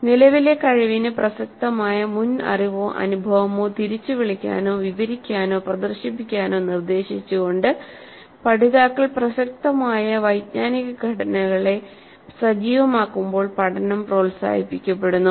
" നിലവിലെ കഴിവിന് പ്രസക്തമായ മുൻ അറിവോ അനുഭവമോ തിരിച്ചുവിളിക്കാനോ വിവരിക്കാനോ പ്രദർശിപ്പിക്കാനോ നിർദ്ദേശിച്ചുകൊണ്ട് പഠിതാക്കൾ പ്രസക്തമായ വൈജ്ഞാനിക ഘടനകളെ സജീവമാക്കുമ്പോൾ പഠനം പ്രോത്സാഹിപ്പിക്കപ്പെടുന്നു